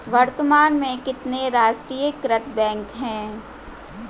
वर्तमान में कितने राष्ट्रीयकृत बैंक है?